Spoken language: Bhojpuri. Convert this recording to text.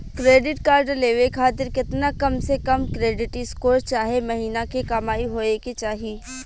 क्रेडिट कार्ड लेवे खातिर केतना कम से कम क्रेडिट स्कोर चाहे महीना के कमाई होए के चाही?